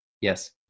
Yes